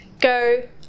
go